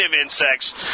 insects